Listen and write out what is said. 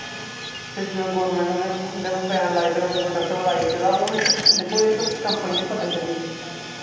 फिर गौरमैंट नै जिसलै उं'दे पर बैन लाई दित्ता उं'दे प्रोडक्ट पर लाई दित्ता उ'नें दिक्खो इक कंपनी ऐ पतंजली